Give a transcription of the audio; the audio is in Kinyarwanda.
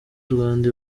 rwanda